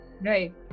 right